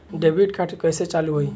Debit card कइसे चालू होई?